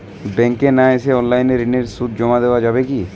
ব্যাংকে না এসে অনলাইনে ঋণের সুদ জমা দেওয়া যাবে কি?